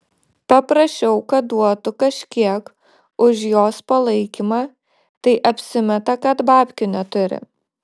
paprašiau kad duotų kažkiek už jos palaikymą tai apsimeta kad babkių neturi